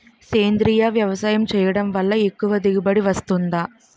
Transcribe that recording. సేంద్రీయ వ్యవసాయం చేయడం వల్ల ఎక్కువ దిగుబడి వస్తుందా?